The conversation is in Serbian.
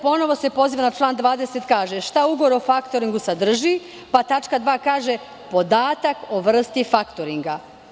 Ponovo se poziva na član 20. i kaže - šta ugovor o faktoringu sadrži, pa tačka 2. kaže – podatak o vrsti faktoringa.